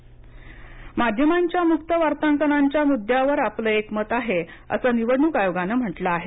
निवडणूक आयोग माध्यमांच्या मुक्त वार्तांकनाच्या मुद्द्यावर आपलं एकमत आहे असं निवडणूक आयोगानं म्हटलं आहे